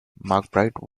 mcbride